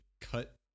cut